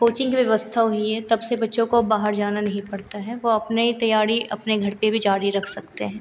coaching की व्यवस्था हुई है तब से बच्चों को अब बाहर जाना नहीं पड़ता है वे अपनी यह तैयारी अपने घर पर भी जारी रख सकते हैं